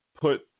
put